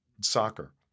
soccer